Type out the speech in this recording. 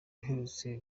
aherutse